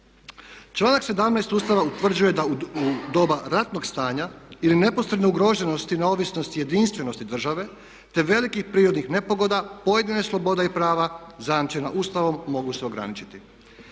Članak 17. Ustava utvrđuje da u doba ratnog stanja ili neposredne ugroženosti neovisnosti jedinstvenosti države te velikih prirodnih nepogoda pojedine slobode i prava zajamčena Ustavom mogu se ograničiti.